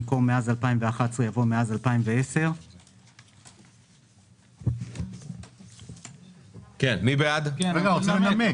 במקום "מאז 2011" יבוא "מאז 2010". אני רוצה לנמק.